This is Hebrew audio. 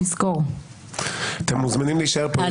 אתם מוזמנים להישאר פה בהמשך הדיון היום.